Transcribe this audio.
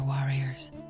warriors